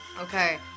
Okay